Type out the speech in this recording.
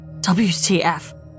WTF